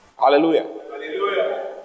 Hallelujah